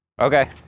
Okay